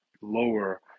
lower